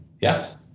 Yes